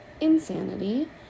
insanity